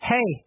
Hey